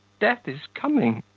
death is coming.